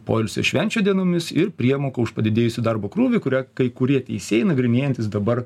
poilsio švenčių dienomis ir priemokų už padidėjusį darbo krūvį kurią kai kurie teisėjai nagrinėjantys dabar